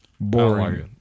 Boring